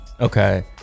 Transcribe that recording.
Okay